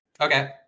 Okay